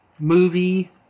Movie